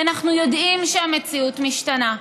אנחנו יודעים שהמציאות משתנה,